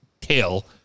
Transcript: tail